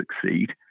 succeed